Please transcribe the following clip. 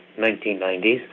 1990s